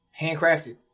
Handcrafted